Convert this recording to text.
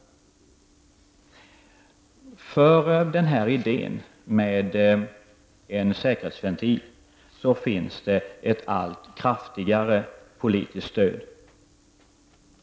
För den här idén med en säkerhetsventil finns ett allt kraftigare politiskt stöd.